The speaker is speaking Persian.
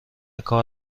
کار